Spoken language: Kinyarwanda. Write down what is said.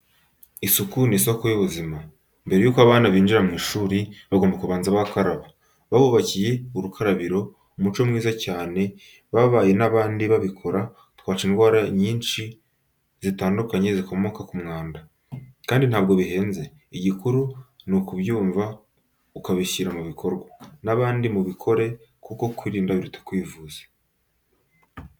Isuku ni isoko y'ubuzima. Mbere y'uko abana binjira mu ishuri bagomba kubanza bagakaraba. Babubakiye urukarabiro, umuco mwiza cyane, babaye n'abandi babikora twaca indwara nyinshi zitandukanye zikomoka ku mwanda. Kandi ntabwo bihenze, igikuru ni ukubyumva ukabishyira mu bikorwa, n'abandi mubikore kuko kwirinda biruta kwivuza.